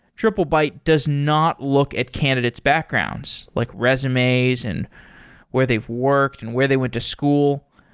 triplebyte does not look at candidate's backgrounds, like resumes and where they've worked and where they went to school.